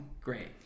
Great